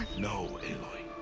no, aloy.